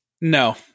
No